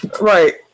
right